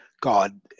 God